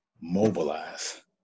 mobilize